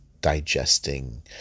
digesting